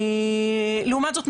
לעומת זאת,